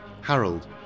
Harold